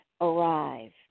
arrive